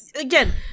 again